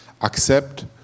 accept